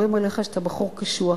אומרים עליך שאתה בחור קשוח,